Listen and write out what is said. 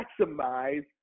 maximize